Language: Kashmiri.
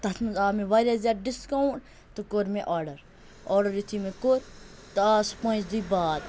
تَتھ منٛز آو مےٚ واریاہ زیادٕ ڈِسکاوُنٛت تہٕ کوٚر مےٚ آرڈَر آرڈَر یُتھٕے مےٚ کوٚر تہٕ آو سُہ پانٛژھِ دۄہہِ بعد